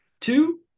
two